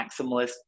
maximalist